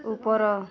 ଉପର